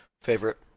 Favorite